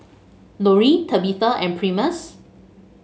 Lori Tabitha and Primus